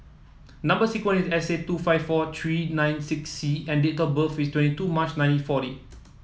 number sequence is S eight two five four three nine six C and date of birth is twenty two March nineteen forty